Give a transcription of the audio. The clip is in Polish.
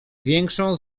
większą